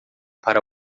para